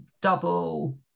double